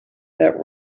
that